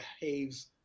behaves